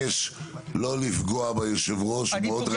אני מבקש לא לפגוע ביושב ראש, הוא מאוד רגיש.